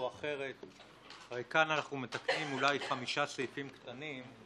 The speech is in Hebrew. איך אנחנו מציגים את זה